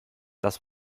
das